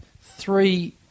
three